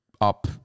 up